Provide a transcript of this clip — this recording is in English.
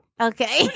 Okay